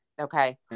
Okay